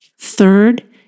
Third